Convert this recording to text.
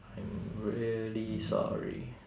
I'm really sorry